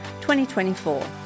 2024